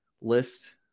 list